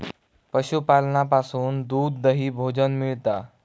पशूपालनासून दूध, दही, भोजन मिळता